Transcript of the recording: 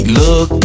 look